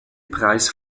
preis